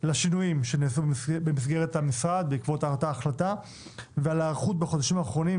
לשינויים שנעשו במשרד בעקבות ההחלטה ועל ההיערכות בחודשים האחרונים.